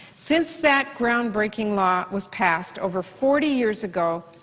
since that groundbreaking law was passed over forty years ago,